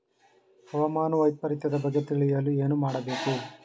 ಹವಾಮಾನ ವೈಪರಿತ್ಯದ ಬಗ್ಗೆ ತಿಳಿಯಲು ಏನು ಮಾಡಬೇಕು?